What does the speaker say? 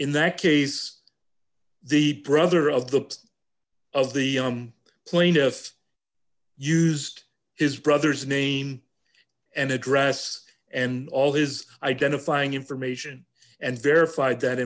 in that case the brother of the post of the plaintiff used his brother's name and address and all his identifying information and verified that